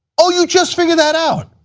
oh, you just figured that out?